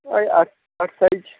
ওই আট আট সাইজ